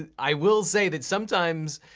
and i will say that sometimes,